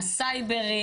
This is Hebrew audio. הסייבר,